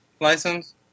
license